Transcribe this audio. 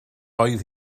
oedd